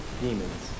demons